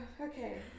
okay